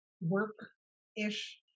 work-ish